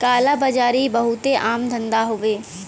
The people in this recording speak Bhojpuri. काला बाजारी बहुते आम धंधा हउवे